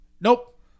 Nope